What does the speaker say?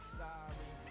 sorry